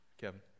Kevin